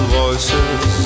voices